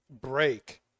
break